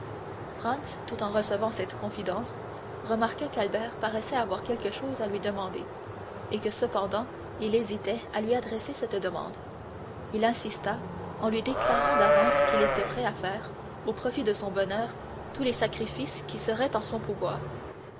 tout en recevant cette confidence remarqua qu'albert paraissait avoir quelque chose à lui demander et que cependant il hésitait à lui adresser cette demande il insista en lui déclarant d'avance qu'il était prêt à faire au profit de son bonheur tous les sacrifices qui seraient en son pouvoir